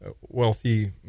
wealthy